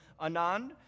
Anand